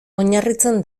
oinarritzen